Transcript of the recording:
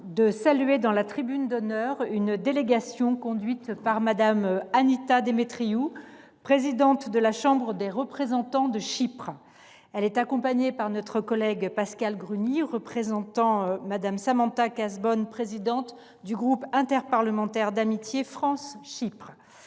de saluer, dans notre tribune d’honneur, une délégation conduite par Mme Annita Demetriou, présidente de la Chambre des représentants de Chypre. Elle est accompagnée par notre collègue Pascale Gruny, en remplacement de Samantha Cazebonne, présidente du groupe interparlementaire d’amitié France Chypre.